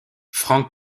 frank